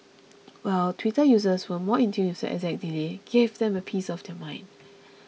while Twitter users who were more in tune with the exact delay gave them a piece of their mind